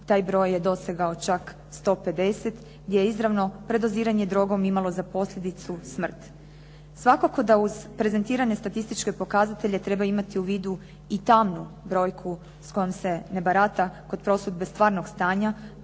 taj broj je dosegao čak 150 gdje je izravno predoziranje drogom imalo za posljedicu smrt. Svakako da uz prezentiranje statističke pokazatelje treba imati u vidu i tamnu brojku s kojom se ne barata, kod prosudbe stvarnog stanja,